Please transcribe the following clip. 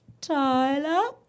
Tyler